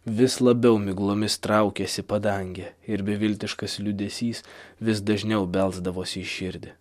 vis labiau miglomis traukiasi padangė ir beviltiškas liūdesys vis dažniau belsdavosi į širdį